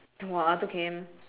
!wah! two K_M